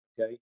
okay